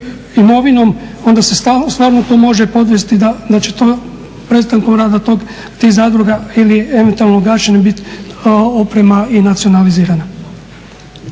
imovinom onda se stvarno može podnesti da će to prestankom rada tih zadruga ili eventualno gašenje oprema i nacionalizirana.